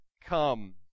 come